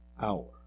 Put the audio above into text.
hour